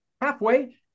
halfway